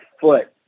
foot